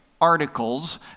articles